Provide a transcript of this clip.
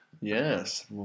Yes